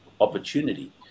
opportunity